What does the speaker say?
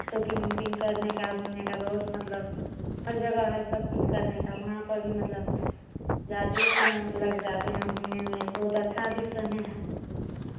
मतलब शॉपिंग वुपिंग करने का घूमने का बहुत मतलब हर जगह है सब कुछ करने का वहाँ पर भी मतलब ज़्यादे समय लग जाते हैं घूमने में बहुत अच्छा भी समय है